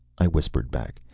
i whispered back,